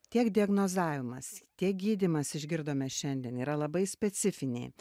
tiek diagnozavimas tiek gydymas išgirdome šiandien yra labai specifiniai